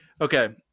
Okay